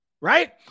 right